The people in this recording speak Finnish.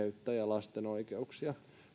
eheyttä ja lasten oikeuksia